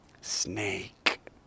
snake